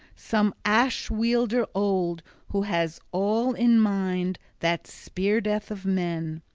some ash-wielder old who has all in mind that spear-death of men,